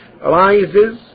Rises